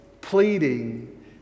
pleading